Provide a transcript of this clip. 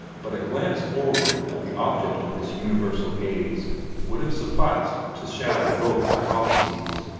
but a glance forward at the object of this universal gaze would have sufficed to shatter both hypotheses.